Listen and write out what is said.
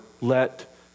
let